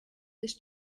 this